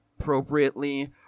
appropriately